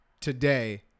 today